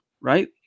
right